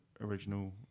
original